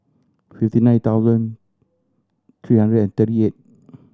fifty nine thousand three hundred and thirty eight